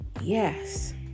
yes